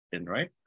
Right